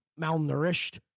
malnourished